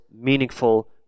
meaningful